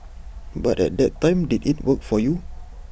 but at that time did IT work for you